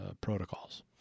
protocols